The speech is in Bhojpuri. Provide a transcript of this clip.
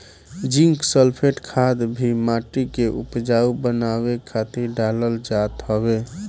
जिंक सल्फेट खाद भी माटी के उपजाऊ बनावे खातिर डालल जात हवे